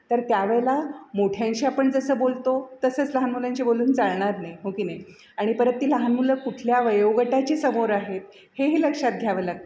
तर त्या वेळेला मोठ्यांशी आपण जसं बोलतो तसंच लहान मुलांशी बोलून चालणार नाही हो की नाही आणि परत ती लहान मुलं कुठल्या वयोगटाची समोर आहेत हेही लक्षात घ्यावं लागतं